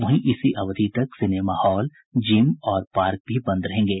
वहीं इसी अवधि तक सिनेमा हॉल जिम और पार्क भी बंद रहेंगे